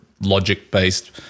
logic-based